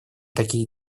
такие